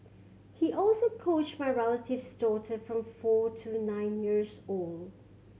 he also coached my relative's daughter from four to nine years old